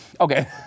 Okay